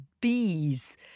bees